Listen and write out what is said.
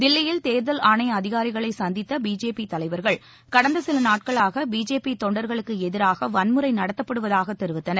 தில்லியில் தேர்தல் ஆணைய அதிகாரிகளை சந்தித்த பிஜேபி தலைவர்கள் கடந்த சில நாட்களாக பிஜேபி தொண்டர்களுக்கு எதிராக வன்முறை நடத்தப்படுவதாக தெரிவித்தனர்